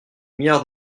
milliards